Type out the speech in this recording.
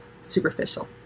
superficial